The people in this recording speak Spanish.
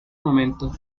momento